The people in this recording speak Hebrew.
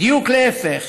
בדיוק להפך,